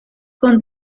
con